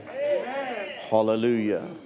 Hallelujah